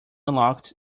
unlocked